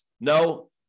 No